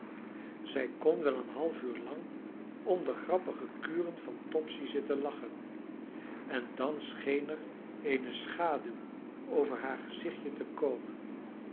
zij kon wel een half uur lang om de grappige kuren van topsy zitten lachen en dan scheen er eene schaduw over haar gezichtje te komen